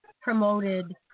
promoted